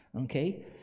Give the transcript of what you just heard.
Okay